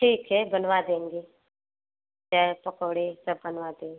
ठीक है बनवा देंगे चाय पकौड़ी सब बनवा देंगे